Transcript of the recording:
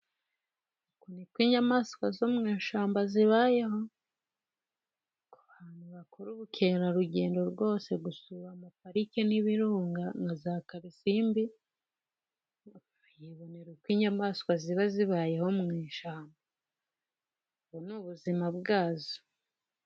Uku ni ko inyamaswa zo mu ishyamba zibayeho, ku bantu bakuru ubukerarugendo rwose gusura ama Parike n'ibirunga nka za Kalisimbi bibonera uko inyamaswa ziba zibayeho mu ishyamba, ubu ni ubuzima bwazo.